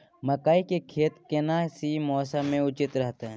मकई के खेती केना सी मौसम मे उचित रहतय?